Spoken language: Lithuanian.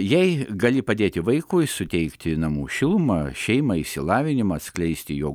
jei gali padėti vaikui suteikti namų šilumą šeimą išsilavinimą atskleisti jo